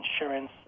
insurance